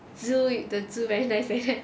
zoo the zoo very nice